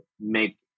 make